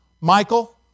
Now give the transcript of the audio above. Michael